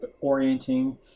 orienting